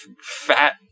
fat